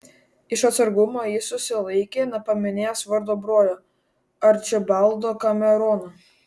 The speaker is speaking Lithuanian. iš atsargumo jis susilaikė nepaminėjęs vado brolio arčibaldo kamerono